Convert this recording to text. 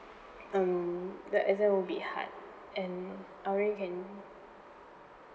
um the exam will be hard and everbody can